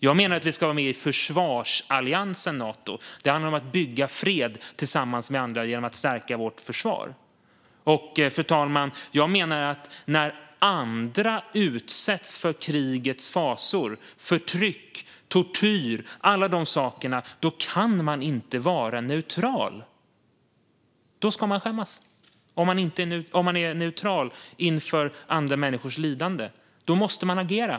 Jag menar att vi ska vara med i försvarsalliansen Nato. Det handlar om att bygga fred tillsammans med andra genom att stärka vårt försvar. Och jag menar, fru talman, att när andra utsätts för krigets fasor, förtryck och tortyr - alla de sakerna - kan man inte vara neutral. Man ska skämmas om man är neutral inför andra människors lidande. Då måste man agera.